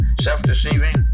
self-deceiving